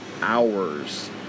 hours